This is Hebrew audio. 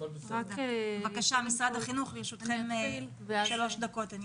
בבקשה משרד החינוך, לרשותכם שלוש דקות.